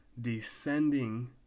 descending